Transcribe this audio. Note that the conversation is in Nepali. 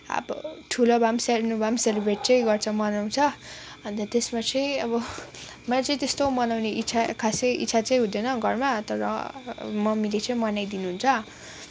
अब ठुलो भए पनि सानो भए पनि सेलिब्रेट चाहिँ गर्छ मनाउँछ अन्त त्यसमा चाहिँ अब मलाई चाहिँ त्यस्तो मनाउने इच्छा खासै इच्छा चाहिँ हुँदैन घरमा तर मम्मीले चाहिँ मनाइदिनु हुन्छ